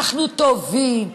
אנחנו טובים.